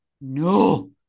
No